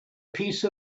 piece